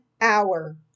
hour